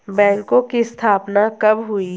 बैंकों की स्थापना कब हुई?